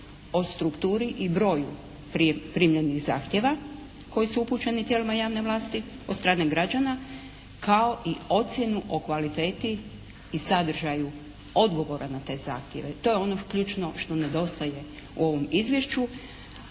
o strukturi i broju primljenih zahtjeva koji su upućeni tijelima javne vlasti od strane građana kao i ocjenu o kvaliteti i sadržaju odgovora na te zahtjeve. To je ono ključno što nedostaje u ovom izvješću,